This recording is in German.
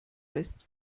west